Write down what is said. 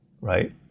right